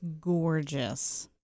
gorgeous